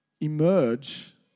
emerge